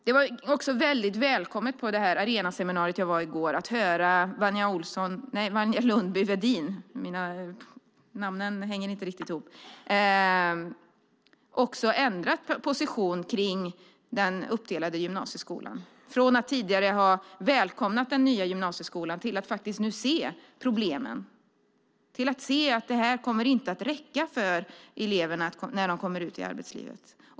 På Arenaseminariet i går var det också väldigt välkommet att höra att Wanja Lundby-Wedin hade ändrat position om den uppdelade gymnasieskolan, från att tidigare ha välkomnat den nya gymnasieskolan till att nu se problemen, att detta inte kommer att räcka för eleverna när de kommer ut i arbetslivet.